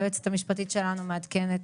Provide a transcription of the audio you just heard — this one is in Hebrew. היועצת המשפטית שלנו מעדכנת,